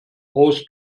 raus